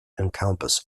encompass